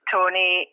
Tony